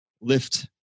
lift